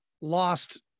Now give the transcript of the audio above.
lost